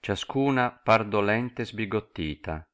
ciascuna par dolente e sbigottita